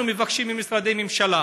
אנחנו מבקשים ממשרדי ממשלה